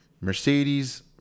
Mercedes